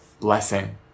blessing